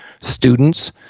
students